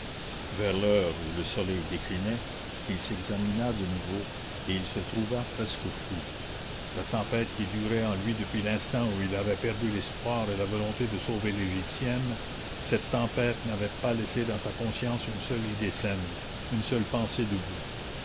vers l'heure où le soleil déclinait il s'examina de nouveau et il se trouva presque fou la tempête qui durait en lui depuis l'instant où il avait perdu l'espoir et la volonté de sauver l'égyptienne cette tempête n'avait pas laissé dans sa conscience une seule idée saine une seule pensée debout